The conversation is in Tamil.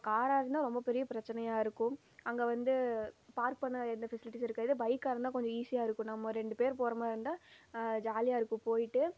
இப்போ காராக இருந்தால் ரொம்ப பெரிய பிரச்சினையா இருக்கும் அங்கே வந்து பார்க் பண்ண எந்த ஸ்பெசிலிட்டிசும் இருக்காது பைக்காக இருந்தால் கொஞ்சம் ஈஸியாக இருக்கும் நம்ம ரெண்டு பேர் போகிற மாதிரி இருந்தால் ஜாலியாக இருக்கும் போய்ட்டு